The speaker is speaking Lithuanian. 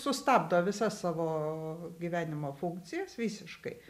sustabdo visas savo gyvenimo funkcijas visiškai